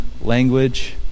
language